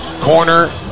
corner